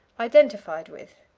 identified with.